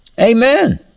Amen